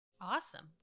awesome